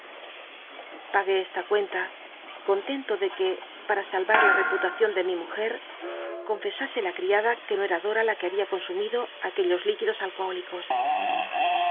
pagué esta cuenta contento de que para sah u la cputacion de mi mujc conl'csasc la criada que no era dota la r ue había consumido aquellos líqui dos alcohólicos